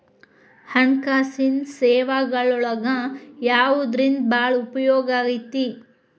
ಹಣ್ಕಾಸಿನ್ ಸೇವಾಗಳೊಳಗ ಯವ್ದರಿಂದಾ ಭಾಳ್ ಉಪಯೊಗೈತಿ?